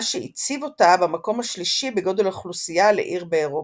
מה שהציב אותה במקום השלישי בגודל אוכלוסייה לעיר באירופה.